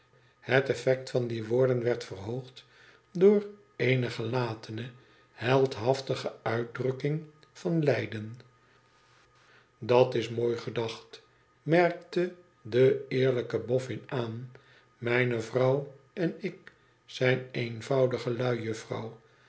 het effect van die woorden verd verhoogd door eene gelatene heldhaftige uitdrukking van lijden dat is mooi gedacht merkte de eerlijke boffin aan mijne vrouw en ikzijd eenvoudige